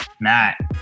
Matt